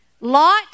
Lot